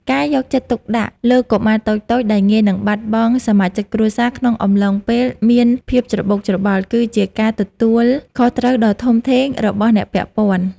ការយកចិត្តទុកដាក់លើកុមារតូចៗដែលងាយនឹងបាត់បង់សមាជិកគ្រួសារក្នុងអំឡុងពេលមានភាពច្របូកច្របល់ គឺជាការទទួលខុសត្រូវដ៏ធំធេងរបស់អ្នកពាក់ព័ន្ធ។